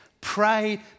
prayed